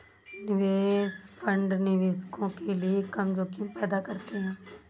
निवेश फंड निवेशकों के लिए कम जोखिम पैदा करते हैं